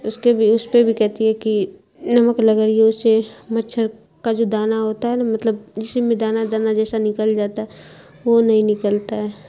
اس کے بھی اس پہ بھی کہتی ہے کہ نمک رگڑیے اس سے مچھر کا جو دانہ ہوتا ہے نا مطلب جسم میں دانہ دانہ جیسا نکل جاتا ہے وہ نہیں نکلتا ہے